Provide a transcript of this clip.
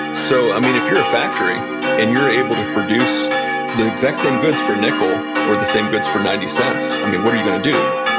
so i mean if you're a factory and you're able to produce the exact same goods for a nickel or the same goods for ninety cents, i mean what are you going to do?